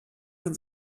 von